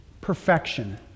perfection